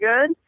good